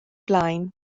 blaen